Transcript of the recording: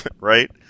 right